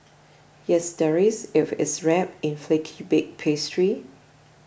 yes there is if it's wrapped in flaky baked pastry